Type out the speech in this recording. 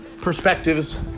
perspectives